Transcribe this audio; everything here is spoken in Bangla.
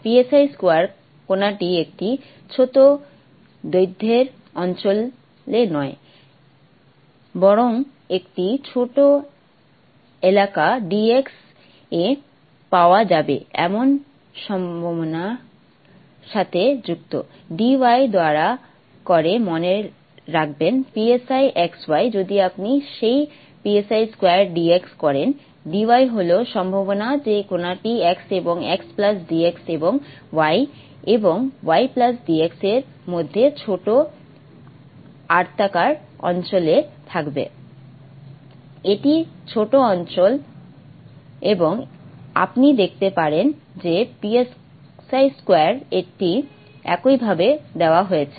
2কণাটি একটি ছোট দৈর্ঘ্যের অঞ্চলে নয় বরং একটি ছোট এলাকা d x এ পাওয়া যাবে এমন সম্ভাবনার সাথে যুক্ত d y দয়া করে মনে রাখবেন x y যদি আপনি সেই 2d x করেন d y হল সম্ভাবনা যে কণাটি x এবং x d x এবং y এবং y dx এর মধ্যে ছোট আয়তাকার অঞ্চলে থাকবে এটি ছোট অঞ্চল এবং আপনি দেখতে পারেন যে 2 টি এইভাবে দেওয়া হয়েছে